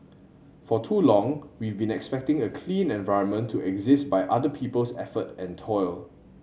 for too long we've been expecting a clean environment to exist by other people's effort and toil